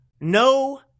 no